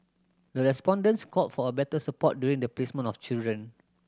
the respondents called for a better support during the placement of children